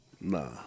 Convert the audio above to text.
nah